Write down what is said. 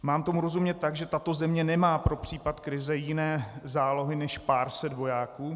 Mám tomu rozumět tak, že tato země nemá pro případ krize jiné zálohy než pár set vojáků?